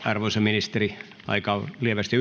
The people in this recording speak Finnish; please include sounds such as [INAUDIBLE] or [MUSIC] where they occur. arvoisa ministeri aika on lievästi [UNINTELLIGIBLE]